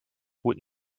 would